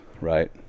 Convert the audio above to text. right